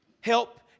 help